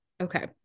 Okay